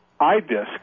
iDisk